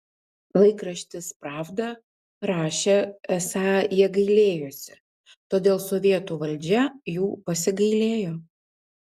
laikraštis pravda rašė esą jie gailėjosi todėl sovietų valdžia jų pasigailėjo